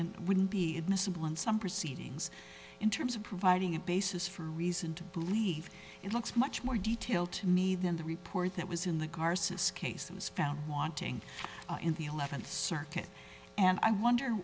and wouldn't be admissible in some proceedings in terms of providing a basis for reason to believe it looks much more detail to me than the report that was in the garces case it was found wanting in the eleventh circuit and i wonder